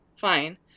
Fine